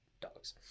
dogs